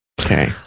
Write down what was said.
Okay